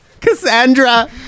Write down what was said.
Cassandra